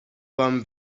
bon